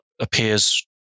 appears